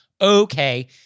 Okay